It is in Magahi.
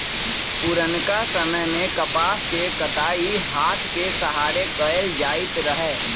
पुरनका समय में कपास के कताई हात के सहारे कएल जाइत रहै